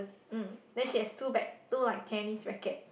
mm then she has two bag two like tennis racket